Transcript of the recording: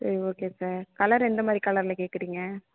சரி okay sir colour எந்த மாதிரி கலரில் கேட்குறீங்க